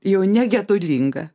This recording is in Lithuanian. jau negedulinga